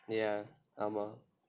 ya ஆமாம்:aamaam